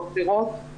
בבחירות,